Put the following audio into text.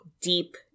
deep